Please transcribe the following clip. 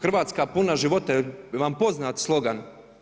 Hrvatska puna života jel vam poznat slogan?